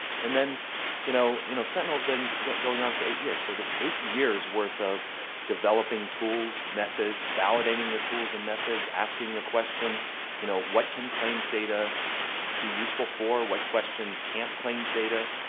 and then you know you know sentinel's been going on for eight years so that's eight years worth of developing tools method validating the tools and methods asking the questions you know what can claims data be useful for? what questions can't claims data